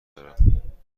دارم